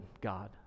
God